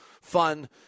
fun